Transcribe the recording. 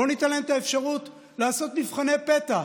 בואו ניתן להם את האפשרות לעשות מבחני פתע,